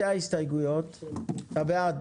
הצבעה בעד,